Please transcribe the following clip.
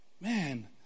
Man